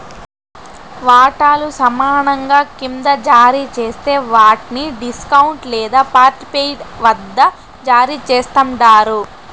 వాటాలు సమానంగా కింద జారీ జేస్తే వాట్ని డిస్కౌంట్ లేదా పార్ట్పెయిడ్ వద్ద జారీ చేస్తండారు